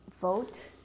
vote